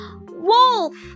Wolf